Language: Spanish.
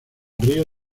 río